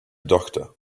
doctor